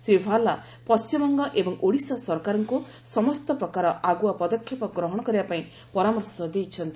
ଶ୍ରୀ ଭାଲା ପଶ୍ଚିମବଙ୍ଗ ଏବଂ ଓଡ଼ିଶା ସରକାରଙ୍କୁ ସମସ୍ତ ପ୍ରକାର ଆଗୁଆ ପଦକ୍ଷେପ ଗ୍ରହଣ କରିବା ପାଇଁ ପରାମର୍ଶ ଦେଇଛନ୍ତି